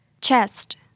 Chest